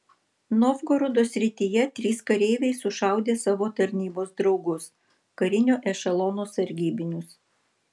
novgorodo srityje trys kareiviai sušaudė savo tarnybos draugus karinio ešelono sargybinius